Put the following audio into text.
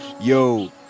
Yo